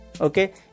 okay